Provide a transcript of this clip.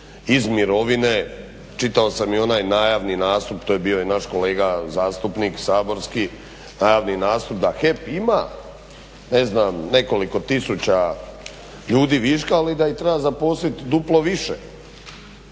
iz mirovine. Čitao sam i onaj najavni nastup to je bio naš kolega zastupnik saborski, najavni nastup da HEP ima ne znam nekoliko tisuća ljudi viška ali da ih treba zaposliti duplo više.